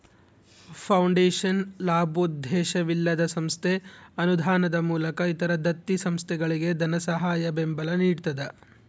foundation ಲಾಭೋದ್ದೇಶವಿಲ್ಲದ ಸಂಸ್ಥೆ ಅನುದಾನದ ಮೂಲಕ ಇತರ ದತ್ತಿ ಸಂಸ್ಥೆಗಳಿಗೆ ಧನಸಹಾಯ ಬೆಂಬಲ ನಿಡ್ತದ